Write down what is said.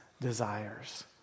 desires